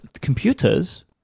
computers